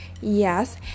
Yes